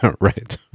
Right